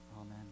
amen